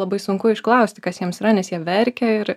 labai sunku išklausti kas jiems yra nes jie verkia ir